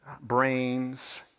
brains